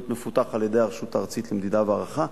להיות מפותח על-ידי הרשות הארצית למדידה והערכה,